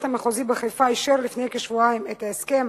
המחוזי בחיפה אישר לפני כשבועיים את ההסכם